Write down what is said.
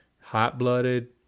hot-blooded